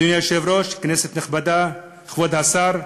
אדוני היושב-ראש, כנסת נכבדה, כבוד השר,